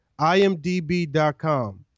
imdb.com